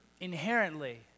inherently